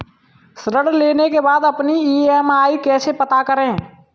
ऋण लेने के बाद अपनी ई.एम.आई कैसे पता करें?